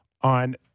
on